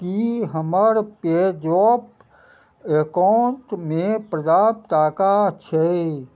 की हमर पेजॉप एकाउंटमे पर्याप्त टाका छै